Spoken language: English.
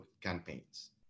campaigns